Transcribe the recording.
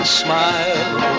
smile